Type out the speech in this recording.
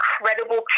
incredible